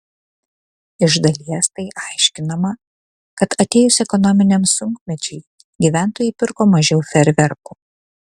iš dalies tai aiškinama kad atėjus ekonominiam sunkmečiui gyventojai pirko mažiau fejerverkų